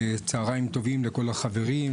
צוהריים טובים לכל החברים,